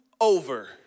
over